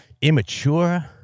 immature